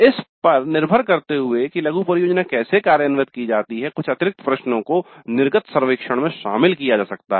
इस पर निर्भर करते हुए कि लघु परियोजना कैसे कार्यान्वित की जाती है कुछ अतिरिक्त प्रश्नों को निर्गत सर्वेक्षण में शामिल किया जा सकता है